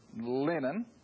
linen